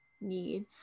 need